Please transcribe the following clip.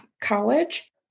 college